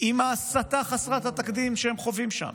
עם ההסתה חסרת התקדים שהם חווים שם,